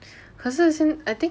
可是是因 I think